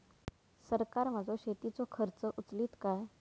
सरकार माझो शेतीचो खर्च उचलीत काय?